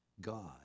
God